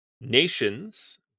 Nations